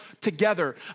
together